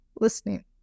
listening